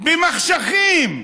במחשכים,